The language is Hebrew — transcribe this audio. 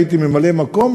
הייתי ממלא-מקום,